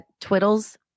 twiddles